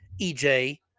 EJ